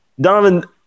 Donovan